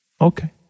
Okay